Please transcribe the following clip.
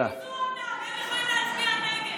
פעילות יתר היום.